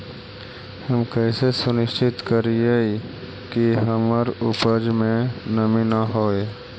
हम कैसे सुनिश्चित करिअई कि हमर उपज में नमी न होय?